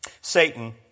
Satan